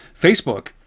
Facebook